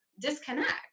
disconnect